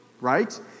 Right